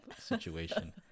situation